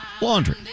laundry